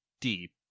deep